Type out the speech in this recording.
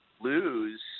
lose